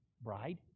bride